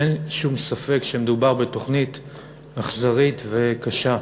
אין שום ספק שמדובר בתוכנית אכזרית וקשה,